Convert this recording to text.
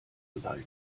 alleine